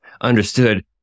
understood